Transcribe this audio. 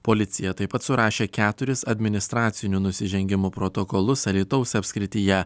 policija taip pat surašė keturis administracinių nusižengimų protokolus alytaus apskrityje